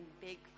big